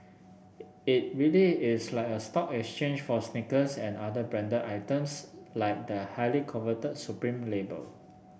it really is like a stock exchange for sneakers and other branded items like the highly coveted Supreme label